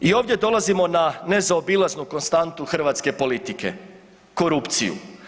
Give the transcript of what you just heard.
I ovdje dolazimo na nezaobilaznu konstantu hrvatske politike, korupciju.